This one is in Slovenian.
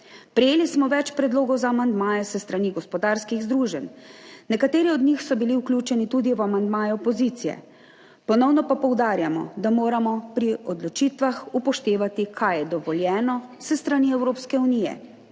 Prejeli smo več predlogov za amandmaje s strani gospodarskih združenj, nekateri od njih so bili vključeni tudi v amandmaje opozicije. Ponovno pa poudarjamo, da moramo pri odločitvah upoštevati, kaj je dovoljeno s strani Evropske unije